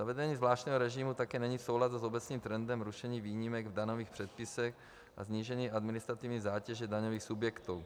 Zavedení zvláštního režimu taky není v souladu s obecným trendem rušení výjimek v daňových předpisech a snížení administrativní zátěže daňových subjektů.